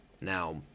Now